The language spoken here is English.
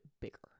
bigger